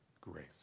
grace